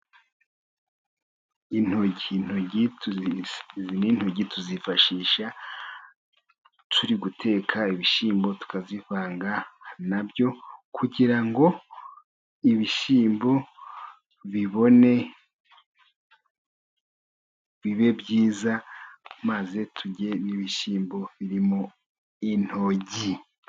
Intoryi. Izi ntoryi twifashisha turi guteka ibishyimbo, tukazivanga na byo kugira ngo ibishyimbo bibone bibe byiza maze turye n'ibishyimbo biririmo intoryi.